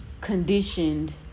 conditioned